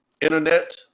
Internet